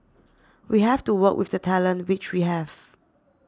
we have to work with the talent which we have